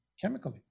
chemically